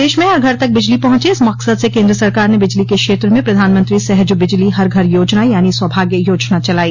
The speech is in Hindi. देश में हर घर तक बिजली पहुंचे इस मकसद से केन्द्र सरकार ने बिजली के क्षेत्र में प्रधानमंत्री सहज बिजली हर घर योजना यानी सौभाग्य योजना चलाई